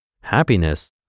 happiness